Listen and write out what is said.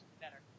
better